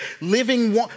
living